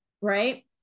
Right